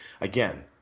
again